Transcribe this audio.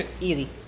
easy